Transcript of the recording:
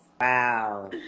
Wow